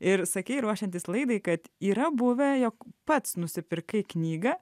ir sakei ruošiantis laidai kad yra buvę jog pats nusipirkai knygą